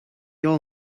all